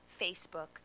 Facebook